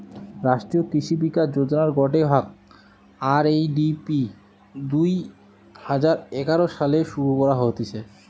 রাষ্ট্রীয় কৃষি বিকাশ যোজনার গটে ভাগ, আর.এ.ডি.পি দুই হাজার এগারো সালে শুরু করা হতিছে